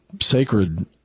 sacred